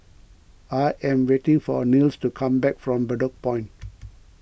I am waiting for Nils to come back from Bedok Point